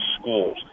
schools